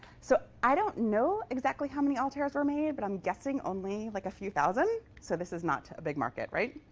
so i don't know exactly how many altairs were made, but i'm guessing only like a few thousand. so this is not a big market, right?